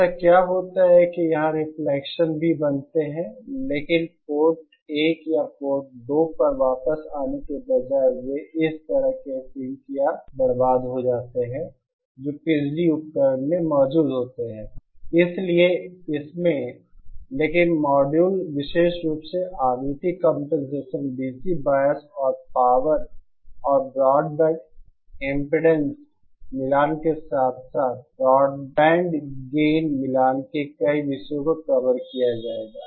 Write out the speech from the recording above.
ऐसा क्या होता है कि यहां रिफ्लेक्शन भी बनते हैं लेकिन पोर्ट 1 या पोर्ट 2 पर वापस आने के बजाय वे इस तरह के सिंक या बर्बाद हो जाते हैं जो बिजली उपकरण में मौजूद होते हैं इसलिए इसमें लेकिन मॉड्यूल विशेष रूप से आवृत्ति कंपनसेशन डीसी बायस और भी पावर और ब्रॉडबैंड एमपीडेंस मिलान के साथ साथ ब्रॉडबैंड गेन मिलान के कई विषयों को कवर किया जाएगा